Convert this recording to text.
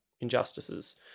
injustices